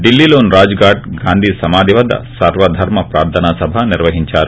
డిల్లీలోని రాజ్ ఘూట్ గాంధీ సమాధివద్ద సర్వ ధర్మ ప్రార్థనా సభ నిర్వహించారు